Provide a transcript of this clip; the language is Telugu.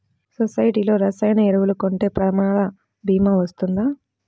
సొసైటీలో రసాయన ఎరువులు కొంటే ప్రమాద భీమా వస్తుందా?